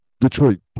Detroit